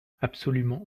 absolument